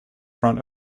front